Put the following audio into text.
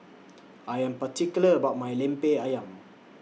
I Am particular about My Lemper Ayam